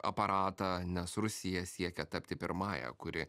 aparatą nes rusija siekia tapti pirmąja kuri